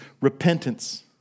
repentance